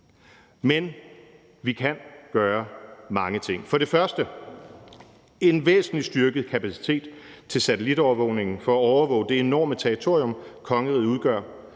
Men vi kan gøre mange ting. For det første er en væsentlig styrket kapacitet til satellitovervågningen for at overvåge det enorme territorium, kongeriget udgør,